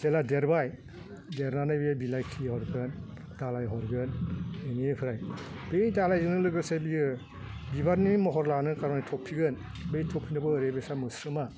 जेला देरबाय देरनानै बियो बिलाइ खिलिहरगोन दालाइ हरगोन बेनिफ्राय बे दालाइजोंनो लोगोसे बियो बिबारनि महर लानो खार'नै थफिगोन बे थफिनायखौ ओरैबायदि मोस्रोमा